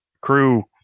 crew